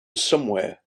somewhere